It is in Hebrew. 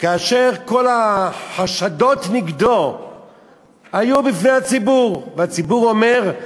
כאשר כל החשדות נגדו היו בפני הציבור והציבור אומר: